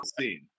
scene